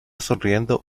sonriendo